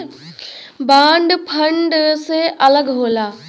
bond fund से अलग होला